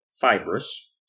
fibrous